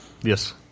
Yes